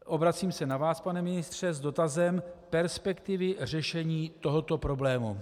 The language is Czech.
Obracím se na vás, pane ministře, s dotazem perspektivy řešení tohoto problému.